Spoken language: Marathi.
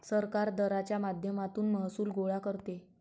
सरकार दराच्या माध्यमातून महसूल गोळा करते